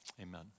amen